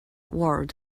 world